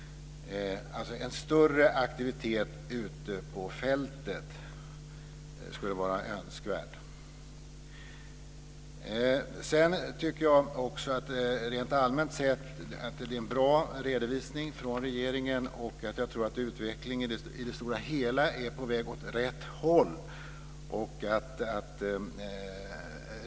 En större aktivitet ute på fältet skulle vara önskvärd. Jag tycker rent allmänt att regeringen lämnar en bra redovisning. Jag tror att utvecklingen i det stora hela är på väg åt rätt håll.